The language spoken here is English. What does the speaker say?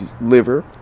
liver